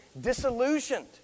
disillusioned